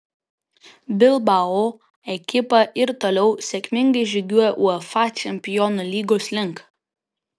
bilbao ekipa ir toliau sėkmingai žygiuoja uefa čempionų lygos link